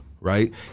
Right